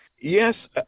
Yes